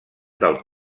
del